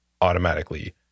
automatically